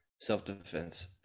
self-defense